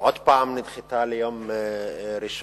ועוד פעם נדחתה ליום ראשון.